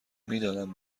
میدانم